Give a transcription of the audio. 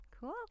Cool